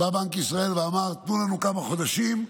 בא בנק ישראל ואמר: תנו לנו כמה חודשים,